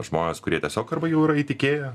žmonės kurie tiesiog arba jau yra įtikėję